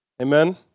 Amen